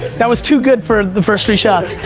that was too good for the first three shots.